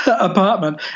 apartment